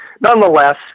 Nonetheless